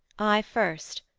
i first,